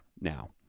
now